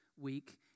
week